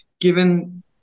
given